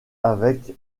avec